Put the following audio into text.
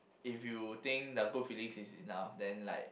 if you think the good feelings is enough then like